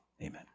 Amen